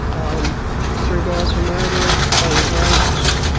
um three guys were murdered, i was raped